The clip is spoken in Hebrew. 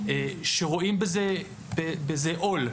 שרואים בזה עול.